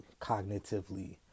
cognitively